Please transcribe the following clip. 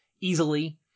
easily